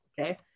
okay